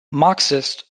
marxist